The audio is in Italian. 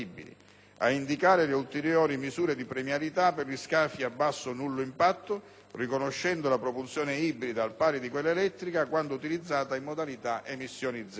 ad indicare le ulteriori misure di premialità per gli scafi a basso o nullo impatto, riconoscendo la propulsione ibrida al pari di quella elettrica quando utilizzata in modalità «emissioni zero»;